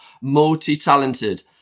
multi-talented